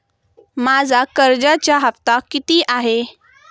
माझा कर्जाचा हफ्ता किती आहे?